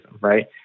right